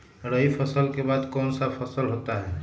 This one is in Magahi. रवि फसल के बाद कौन सा फसल होता है?